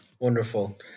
Wonderful